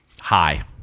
hi